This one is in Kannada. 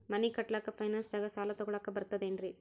ಮನಿ ಕಟ್ಲಕ್ಕ ಫೈನಾನ್ಸ್ ದಾಗ ಸಾಲ ತೊಗೊಲಕ ಬರ್ತದೇನ್ರಿ?